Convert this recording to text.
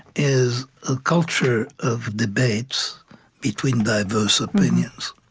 is a culture of debates between diverse opinions.